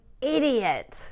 idiot